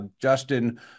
Justin